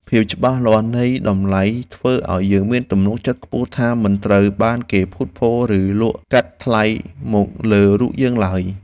ភាពច្បាស់លាស់នៃតម្លៃធ្វើឱ្យយើងមានទំនុកចិត្តខ្ពស់ថាមិនត្រូវបានគេភូតភរឬលក់កាត់ថ្លៃមកលើរូបយើងឡើយ។